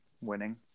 winning